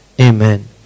Amen